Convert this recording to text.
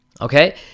okay